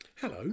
Hello